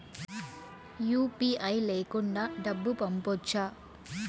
UPI లేకుండా డబ్బు పంపొచ్చా